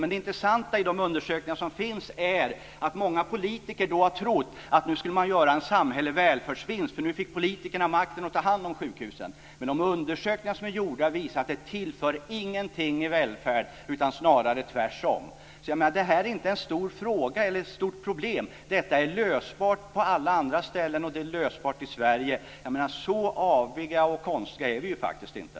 Men det intressanta är att många politiker då har trott att nu skulle man göra en samhällelig välfärdsvinst eftersom politikerna fick makten att ta hand om sjukhusen. Men de undersökningar som är gjorda visar att det inte tillför någonting i välfärd utan snarare tvärtom. Detta är inte ett stort problem. Detta är lösbart på alla andra ställen, och det är lösbart i Sverige. Så aviga och konstiga är vi ju faktiskt inte.